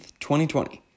2020